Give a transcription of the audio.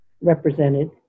represented